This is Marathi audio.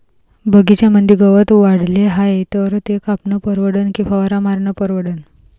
बगीच्यामंदी गवत वाढले हाये तर ते कापनं परवडन की फवारा मारनं परवडन?